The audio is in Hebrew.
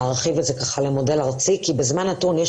להרחיב את זה למודל ארצי כי בזמן נתון יש